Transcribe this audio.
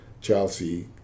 Chelsea